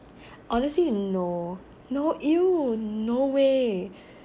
honestly no no !eww! no way